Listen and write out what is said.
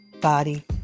body